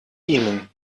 ihnen